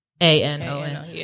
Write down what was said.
A-N-O-N